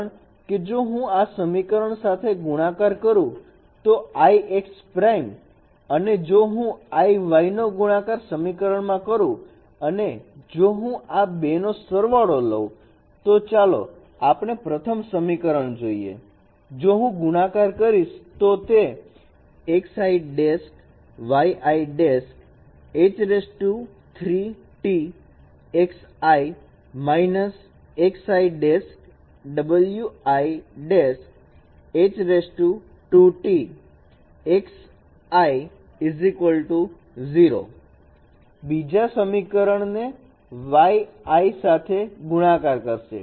કારણ કે જો હું આ સમીકરણ સાથે ગુણાકાર કરું તો i X prime અને જો હું i y નો ગુણાકાર આ સમીકરણમાં કરું અને જો હું આ બે નો સરવાળો લવ તો ચાલો આપણે પ્રથમ સમીકરણ જોઈએ જો હું ગુણાકાર કરીશ તો તે બીજા સમીકરણને y i સાથે ગુણાકાર કરશે